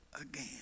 again